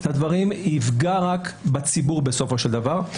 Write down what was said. יפגע רק בציבור בסופו של דבר.